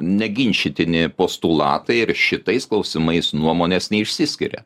neginčytini postulatai ir šitais klausimais nuomonės neišsiskiria